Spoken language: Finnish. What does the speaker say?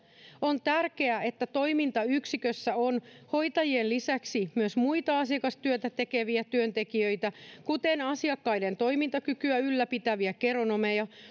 on tärkeää että toimintayksikössä on hoitajien lisäksi myös muita asiakastyötä tekeviä työntekijöitä kuten asiakkaiden toimintakykyä ylläpitäviä geronomeja